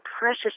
precious